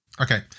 Okay